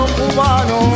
cubano